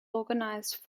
organized